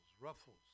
Ruffles